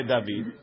David